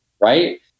right